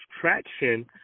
traction